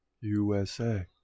USA